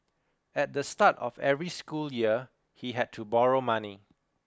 at the start of every school year he had to borrow money